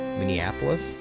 Minneapolis